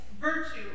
virtue